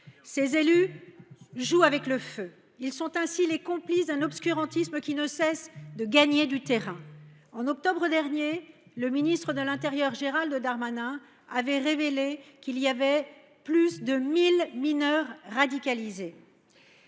Ces élus jouent avec le feu. Ils sont les complices d’un obscurantisme qui ne cesse de gagner du terrain. En octobre dernier, le ministre de l’intérieur, Gérald Darmanin, révélait que notre pays compte plus de 1 000 mineurs radicalisés.